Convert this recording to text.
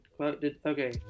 Okay